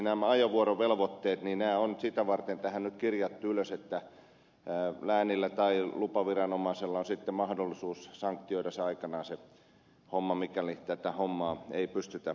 nämä ajovuorovelvoitteet on sitä varten tähän nyt kirjattu ylös että läänillä tai lupaviranomaisella on sitten mahdollisuus sanktioida aikanaan se homma mikäli tätä hommaa ei pystytä hoitamaan